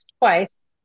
twice